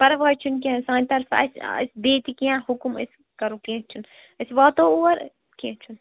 پرواے چھُنہٕ کیٚنٛہہ سانہِ طرفہٕ اَسہِ آسہِ بیٚیہِ تہِ کیٚنٛہہ حُکُم أسۍ کَرو کیٚنٛہہ چھُنہٕ أسۍ واتو اور کیٚنٛہہ چھُنہٕ